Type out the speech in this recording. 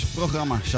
programma